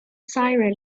siren